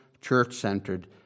church-centered